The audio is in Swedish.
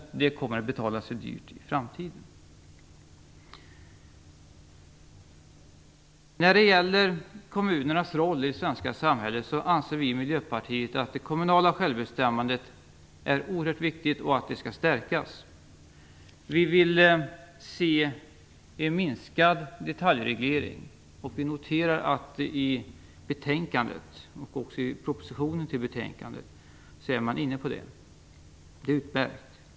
Sådana besparingar kommer vi att få betala dyrt i framtiden. Vad gäller kommunernas roll i det svenska samhället anser vi i Miljöpartiet att det kommunala självbestämmandet är oerhört viktigt och skall stärkas. Vi vill se en minskning av detaljregleringen, och vi noterar att man i propositionen och i betänkandet är inne på detta. Det är utmärkt.